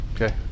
Okay